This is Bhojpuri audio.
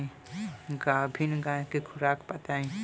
गाभिन गाय के खुराक बताई?